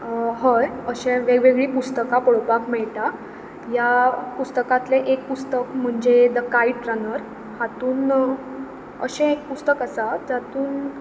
हय अशें वेग वेगळीं पुस्तकां पळोवपाक मेळटा ह्या पुस्तकांतलें एक पुस्तक म्हणचे द कायट रनर हांतून अशें एक पुस्तक आसा जांतून